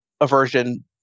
aversion